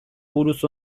buruz